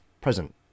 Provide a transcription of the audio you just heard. present